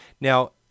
Now